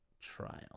Trial